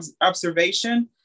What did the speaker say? observation